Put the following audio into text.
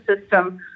system